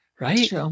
Right